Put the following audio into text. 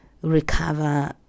recover